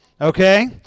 Okay